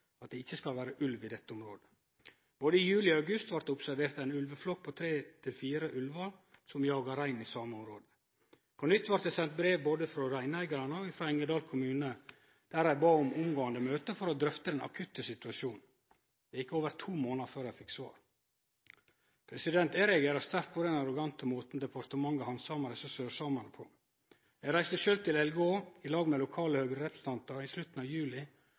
at det ikkje skal vere ulv i dette området. Både i juli og i august blei det observert ein ulveflokk på tre–fire ulvar som jaga rein i same området. På nytt blei det sendt brev både frå reineigarane og frå Engedal kommune, der dei bad om møte omgåande for å drøfte den akutte situasjonen. Det gjekk over to månader før dei fekk svar. Eg reagerer sterkt på den arrogante måten departementet handsamar desse sørsamane på. Eg reiste sjølv til Elgå i lag med lokale høgrerepresentantar i slutten av juli